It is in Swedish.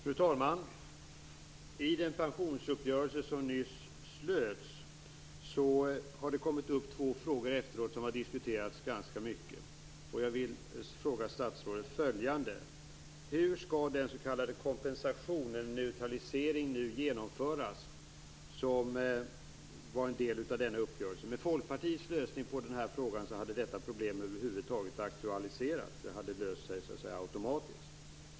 Fru talman! I den pensionsuppgörelse som nyss slöts har det kommit upp två frågor som har diskuterats ganska mycket efteråt. Jag vill fråga statsrådet följande: Hur skall neutraliseringen av den s.k. kompensationen, som var en del av denna uppgörelse, genomföras? Med Folkpartiets lösning på den här frågan hade detta problem över huvud taget aldrig aktualiserats. Det hade så att säga löst sig automatiskt.